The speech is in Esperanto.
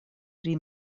pri